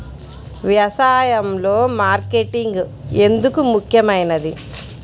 వ్యసాయంలో మార్కెటింగ్ ఎందుకు ముఖ్యమైనది?